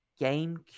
GameCube